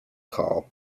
call